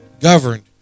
Governed